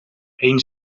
één